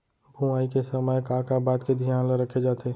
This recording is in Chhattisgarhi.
बुआई के समय का का बात के धियान ल रखे जाथे?